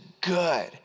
good